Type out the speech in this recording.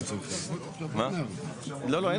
לא.